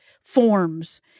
forms